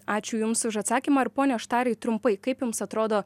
ačiū jums už atsakymą ir pone štarai trumpai kaip jums atrodo